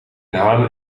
haan